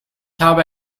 habe